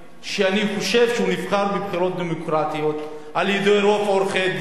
שאני חושב שהוא נבחר בבחירות דמוקרטיות על-ידי רוב עורכי-דין,